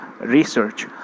research